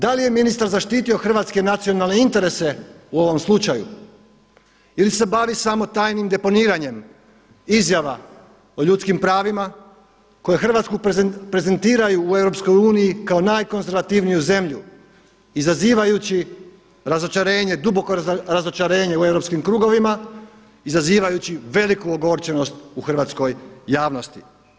Da li je ministar zaštitio hrvatske nacionalne interese u ovom slučaju ili se bavi samo tajnim deponiranjem izjava o ljudskim pravima koje Hrvatsku prezentiraju u europskoj uniji kao najkonzervativniju zemlju izazivajući razočarenje, duboko razočarenje u europskim krugovima, izazivajući veliku ogorčenost u hrvatskoj javnosti?